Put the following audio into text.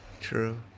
True